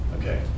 okay